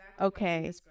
okay